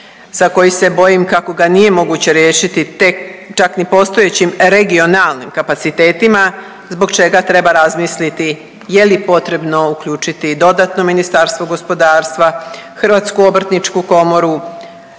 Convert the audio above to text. za koji se bojim kako ga nije moguće riješiti tek, čak ni postojećim regionalnim kapacitetima, zbog čega treba razmisliti je li potrebno uključiti i dodatno Ministarstvo gospodarstva, Hrvatsku obrtničku komoru,